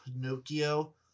Pinocchio